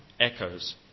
echoes